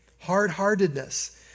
hard-heartedness